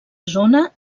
zona